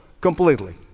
completely